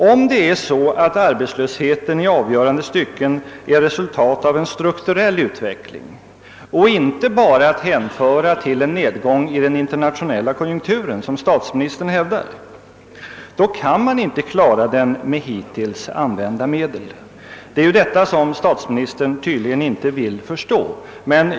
Om arbetslösheten i avgörande stycken är ett resulat av en strukturell utveckling och inte bara är att hänföra till en nedgång i den internationella konjunkturen, något som statsministern hävdar, då kan man inte klara den med hittills använda medel. Det är detta som statsministern inte vill förstå.